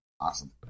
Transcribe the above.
Awesome